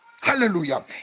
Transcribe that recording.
hallelujah